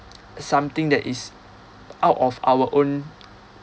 something that is out of our own